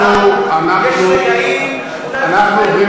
אנחנו עוברים